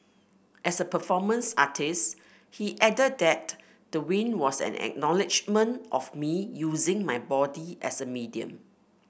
as a performance artist he added that the win was an acknowledgement of me using my body as a medium